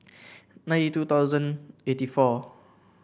ninety two thousand eighty four